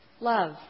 Love